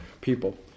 people